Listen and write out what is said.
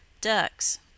Ducks